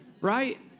right